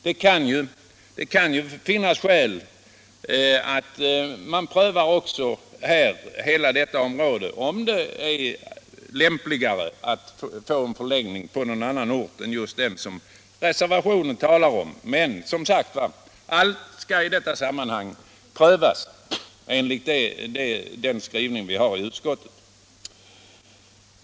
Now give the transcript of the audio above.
Det kan ju finnas skäl att pröva om det är lämpligare att förlägga organet till en annan ort än just den som reservationen talar om. Men allt skall som sagt enligt utskottets skrivaing prövas.